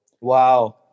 Wow